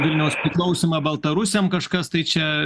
vilniaus priklausymą baltarusiams kažkas tai čia